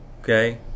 Okay